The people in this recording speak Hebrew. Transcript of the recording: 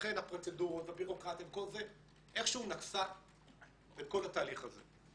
לכן הפרוצדורות והבירוקרטיה איכשהו נגסו בכל התהליך הזה.